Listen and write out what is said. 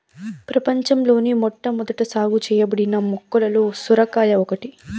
ప్రపంచంలోని మొట్టమొదట సాగు చేయబడిన మొక్కలలో సొరకాయ ఒకటి